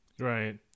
Right